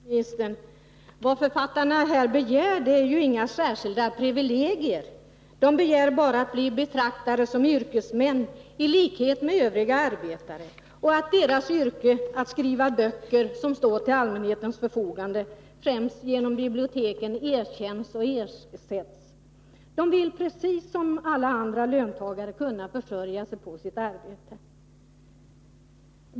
Herr talman! Vad författarna begär är inga sä att bli betraktade som yrkesmän i likhet med övriga arbetare och att deras skilda privilegier utan bara yrke, att skriva böcker som står till allmänhetens förfogande, främst genom biblioteken, erkänns och ersätts. De vill precis som alla andra inkomsttagare kunna försörja sig på sitt arbete.